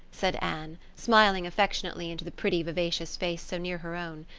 said anne, smiling affectionately into the pretty, vivacious face so near her own.